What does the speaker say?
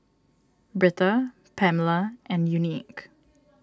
Britta Pamala and Unique